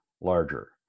larger